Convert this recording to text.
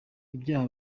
ibyaha